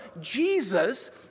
Jesus